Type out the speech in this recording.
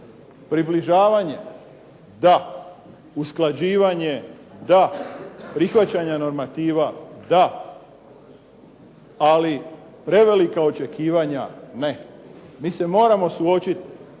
Približavanje, da. Usklađivanje, da. Prihvaćanje normativa, da. Ali prevelika očekivanja, ne. Mi se moramo suočiti